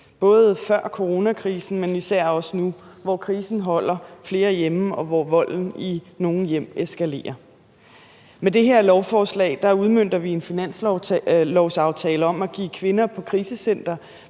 både før coronakrisen, men især også nu, hvor krisen holder flere hjemme, og hvor volden i nogle hjem eskalerer. Med det her lovforslag udmønter vi en finanslovsaftale om at give kvinder på krisecentre